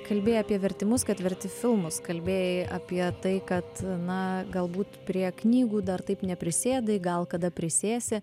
kalbėjai apie vertimus kad verti filmus kalbėjai apie tai kad na galbūt prie knygų dar taip neprisėdai gal kada prisėsi